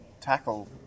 tackle